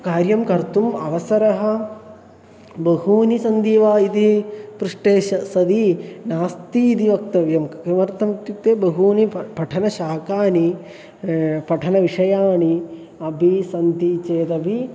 कार्यं कर्तुम् अवसरः बहूनि सन्ति वा इति पृष्टे श सति नास्ति इति वक्तव्यं किमर्थम् इत्युक्ते बहूनि प पठनशाकानि पठनविषयाणि अपि सन्ति चेदपि